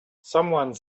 someone